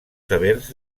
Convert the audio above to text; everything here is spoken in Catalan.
severs